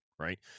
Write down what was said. right